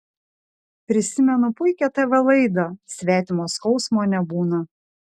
prisimenu puikią tv laidą svetimo skausmo nebūna